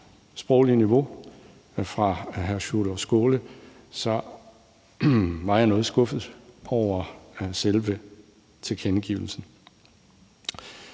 sproglige niveau fra hr. Sjúrður Skaales side var jeg noget skuffet over selve tilkendegivelsen.